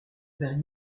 vers